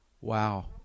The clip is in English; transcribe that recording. Wow